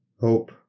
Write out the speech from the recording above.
hope